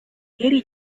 eri